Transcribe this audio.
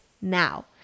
now